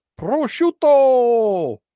Prosciutto